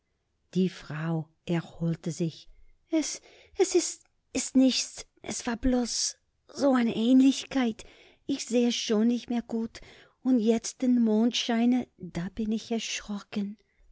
die frau erholte sich es es is is nischt es war bloß so eine ähnlichkeit ich seh schon nich mehr gutt und jetzt im mondscheine da bin ich erschrocken